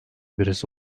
birisi